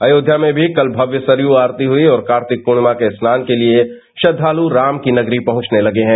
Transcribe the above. अयोध्या में भी कल भव्य सरयू आरती हुई और कार्तिक पूर्णिमा के स्नान के लिए श्रद्धालू राम की नगरी पहुंचने लगे हैं